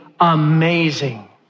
amazing